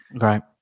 Right